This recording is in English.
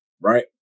right